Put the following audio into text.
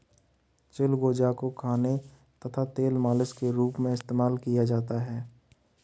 चिलगोजा को खाने तथा तेल मालिश के रूप में इस्तेमाल किया जाता है